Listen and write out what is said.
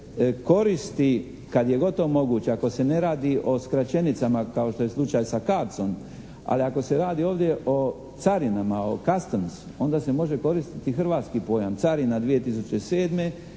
koristi kad je god to moguće ako se ne radi o skraćenicama kao što je slučaj sa CARDS-om, ali ako se radi ovdje o carinama, o Customs onda se može koristiti hrvatski pojam, carina 2007.,